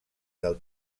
del